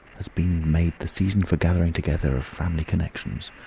has been made the season for gathering together of family connections,